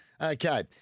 Okay